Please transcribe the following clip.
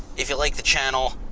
if you like the channel,